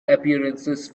appearances